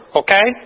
okay